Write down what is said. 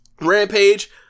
Rampage